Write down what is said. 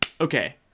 okay